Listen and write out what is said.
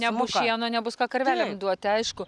nebus šieno nebus ką karveliam duoti aišku